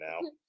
now